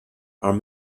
are